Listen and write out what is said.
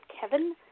Kevin